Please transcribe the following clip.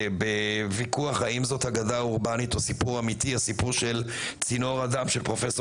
בוויכוח האם הסיפור של צינור הדם של פרופ'